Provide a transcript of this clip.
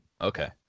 Okay